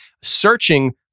searching